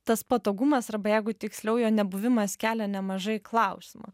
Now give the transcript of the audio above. tas patogumas arba jeigu tiksliau jo nebuvimas kelia nemažai klausimų